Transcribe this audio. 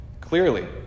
Clearly